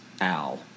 Al